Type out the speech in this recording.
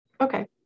okay